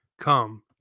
come